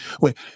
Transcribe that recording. wait